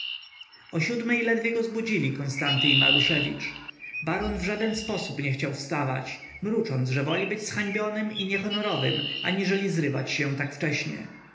o siódmej ledwie go zbudzili konstanty i maruszewicz baron w żaden sposób nie chciał wstawać mrucząc że woli być zhańbionym i niehonorowym aniżeli zrywać się tak wcześnie